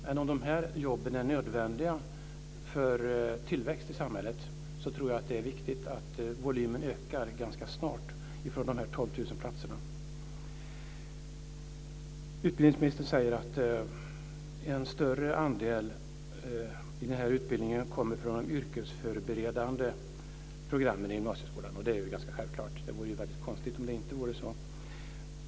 Men om dessa jobb är nödvändiga för tillväxt i samhället tror jag att det är viktigt att volymen ökar ganska snart från dessa Utbildningsministern säger att en större andel i denna utbildning kommer från de yrkesförberedande programmen i gymnasieskolan, och det är ganska självklart. Det vore väldigt konstigt om det inte vore så.